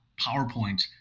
PowerPoint